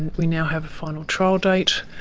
we now have a final trial date,